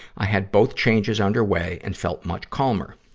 i had both changes underway and felt much calmer.